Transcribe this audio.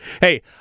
Hey